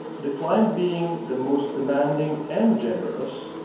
the client being the most demanding and generous,